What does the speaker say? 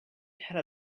had